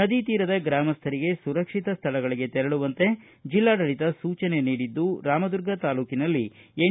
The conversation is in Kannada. ನದಿ ತೀರದ ಗ್ರಾಮಸ್ತರಿಗೆ ಸುರಕ್ಷಿತ ಸ್ಥಳಗಳಿಗೆ ತೆರಳುವಂತೆ ಜಿಲ್ಲಾಡಳಿತ ಸೂಚನೆ ನೀಡಿದ್ದು ರಾಮದುರ್ಗ ತಾಲೂಕಿಲ್ಲಿ ಎಸ್